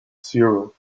zero